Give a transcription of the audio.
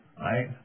right